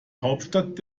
hauptstadt